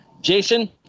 Jason